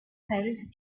held